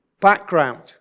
background